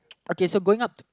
okay so going up